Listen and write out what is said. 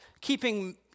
keeping